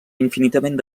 infinitament